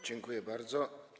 Dziękuję bardzo.